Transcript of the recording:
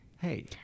hey